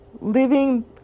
living